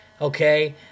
okay